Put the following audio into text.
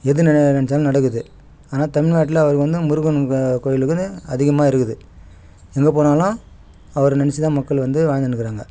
நெனைச்சாலும் நடக்குது ஆனால் தமிழ்நாட்டில் அவருக்கு வந்து முருகன் கோயிலுக்குனு அதிகமாக இருக்குது எங்கே போனாலும் அவரை நெனச்சு தான் மக்கள் வந்து வாழ்ந்துன்னுக்கிறாங்க